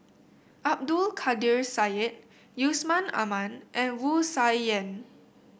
Abdul Kadir Syed Yusman Aman and Wu Tsai Yen